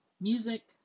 Music